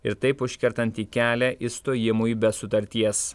ir taip užkertantį kelią išstojimui be sutarties